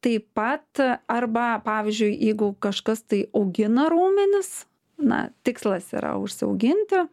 taip pat arba pavyzdžiui jeigu kažkas tai augina raumenis na tikslas yra užsiauginti